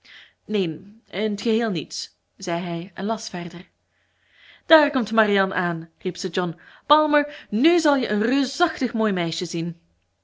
neen in t geheel niets zei hij en las verder daar komt marianne aan riep sir john palmer nu zal je een reusachtig mooi meisje zien